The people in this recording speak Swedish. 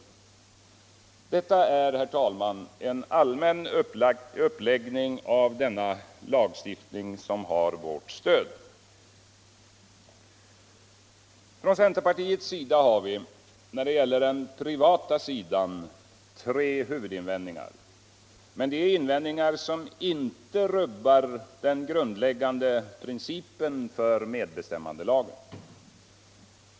Detta är, herr talman, en allmän uppläggning av denna lagstiftning som har vårt stöd. Från centerpartiets sida har vi när det gäller den privata sidan tre huvudinvändningar, med det är invändningar som inte rubbar den grundläggande principen för medbestämmandelagen.